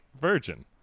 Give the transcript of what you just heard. virgin